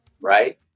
right